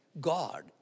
God